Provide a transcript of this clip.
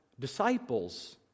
disciples